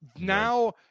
now